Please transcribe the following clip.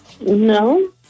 No